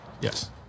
Yes